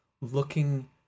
looking